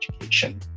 education